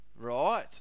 Right